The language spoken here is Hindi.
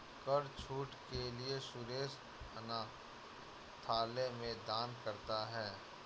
कर छूट के लिए सुरेश अनाथालय में दान करता है